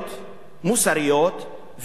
מוסריות וערכיות